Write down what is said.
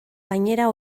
gainera